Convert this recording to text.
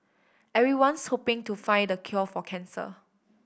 everyone's hoping to find the cure for cancer